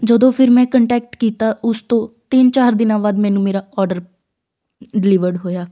ਜਦੋਂ ਫਿਰ ਮੈਂ ਕੰਟੈਕਟ ਕੀਤਾ ਉਸ ਤੋਂ ਤਿੰਨ ਚਾਰ ਦਿਨਾਂ ਬਾਅਦ ਮੈਨੂੰ ਮੇਰਾ ਔਡਰ ਡਿਲੀਵਰਡ ਹੋਇਆ